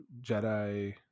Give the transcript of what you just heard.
Jedi